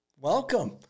Welcome